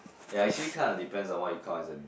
ya actually kind of depends on what you count as in